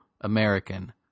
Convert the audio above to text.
American